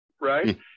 right